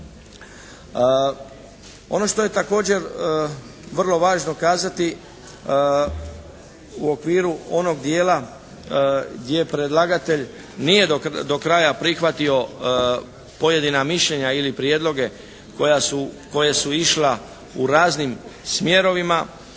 Ono što je također vrlo važno kazati u okviru onog dijela gdje predlagatelj nije do kraja prihvatio pojedina mišljenja ili prijedloge koja su išla u raznim smjerovima.